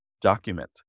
document